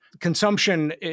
Consumption